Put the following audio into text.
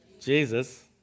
Jesus